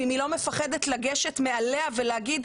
ואם היא לא מפחדת לגשת מעליה ולהגיד,